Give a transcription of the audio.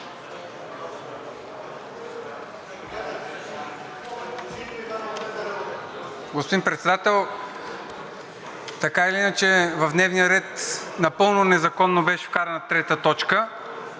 Господин Председател, така или иначе в дневния ред напълно незаконно беше вкарана трета точка